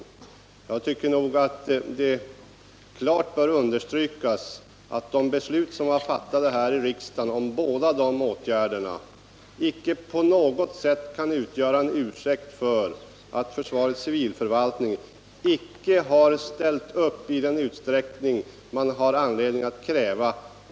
Jag tycker nog att det klart bör understrykas att de beslut som fattats här i riksdagen om båda dessa åtgärder inte på något sätt kan utgöra en ursäkt för att försvarets civilförvaltning icke har ställt upp i den utsträckning man har anledning att kräva.